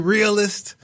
Realist